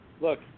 look